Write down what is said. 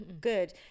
good